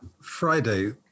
Friday